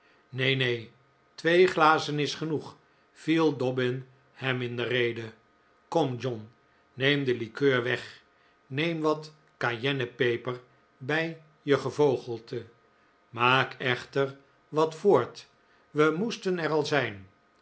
nee nee twee glazen is genoeg viel dobbin hem in de rede kom john neem de likeur weg neem wat cayennepeper bij je gevogelte maak echter wat voort we moesten er al zijn